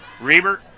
Reber